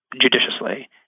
judiciously